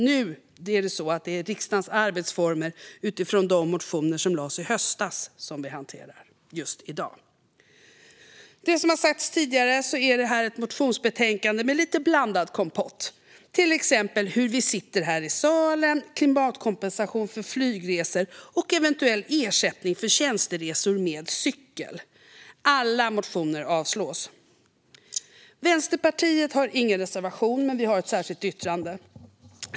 Nu är det riksdagens arbetsformer utifrån de motioner som lades fram i höstas som vi hanterar just i dag. Detta är, som det har sagts tidigare, ett motionsbetänkande med lite blandad kompott. Det gäller till exempel hur vi sitter här i salen, klimatkompensation för flygresor och eventuell ersättning för tjänsteresor med cykel. Alla motioner avstyrks. Vänsterpartiet har ingen reservation, men vi har ett särskilt yttrande.